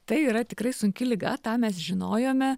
tai yra tikrai sunki liga tą mes žinojome